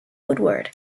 woodward